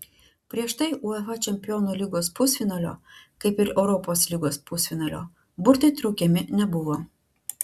prieš tai uefa čempionų lygos pusfinalio kaip ir europos lygos pusfinalio burtai traukiami nebuvo